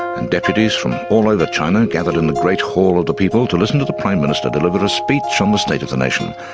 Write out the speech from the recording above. and deputies from all over china gathered in the great hall of the people to listen to the prime minister deliver a speech on the state of the nation,